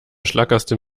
schlackerste